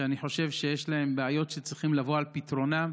שאני חושב שיש להם בעיות שצריכות לבוא על פתרונן,